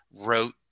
wrote